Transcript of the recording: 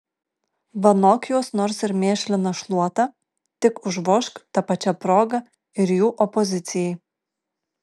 vanok juos nors ir mėšlina šluota tik užvožk ta pačia proga ir jų opozicijai